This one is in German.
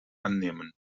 annehmen